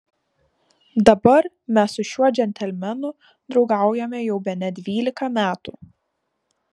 dabar mes su šiuo džentelmenu draugaujame jau bene dvylika metų